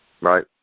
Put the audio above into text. Right